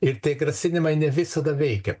ir tie grasinimai ne visada veikia